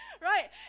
right